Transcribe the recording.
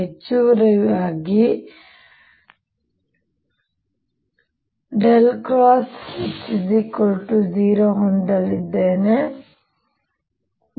ಹೆಚ್ಚುವರಿಯಾಗಿ ನಾನು H0 ಹೊಂದಲಿದ್ದೇನೆ ಮತ್ತು